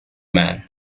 man